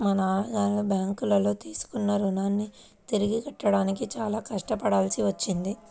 మా నాన్నగారు బ్యేంకులో తీసుకున్న రుణాన్ని తిరిగి కట్టడానికి చాలా కష్టపడాల్సి వచ్చింది